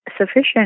sufficient